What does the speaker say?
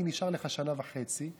כי נשארו לך שנה וחצי.